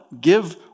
give